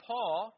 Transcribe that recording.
Paul